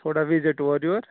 تھوڑا وِزٹ اورٕ یور